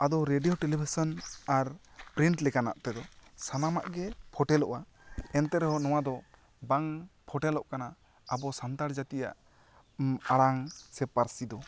ᱟᱫᱚ radio television ᱟᱨ print ᱞᱮᱠᱟᱱᱟᱜ ᱛᱮᱫᱚ ᱥᱟᱱᱟᱢᱟᱜ ᱜᱮ ᱯᱷᱩᱴᱮᱞᱚᱜ ᱟ ᱮᱱᱛᱮ ᱨᱮᱦᱚᱸ ᱱᱚᱣᱟ ᱫᱚ ᱵᱟᱝ ᱯᱷᱚᱴᱮᱞᱚᱜ ᱠᱟᱱᱟ ᱟᱵᱚ ᱥᱟᱱᱛᱟᱲ ᱡᱟᱹᱛᱤᱭᱟᱜ ᱟᱲᱟᱝ ᱥᱮ ᱯᱟᱹᱨᱥᱤ ᱫᱚ